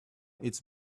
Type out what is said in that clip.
its